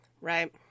Right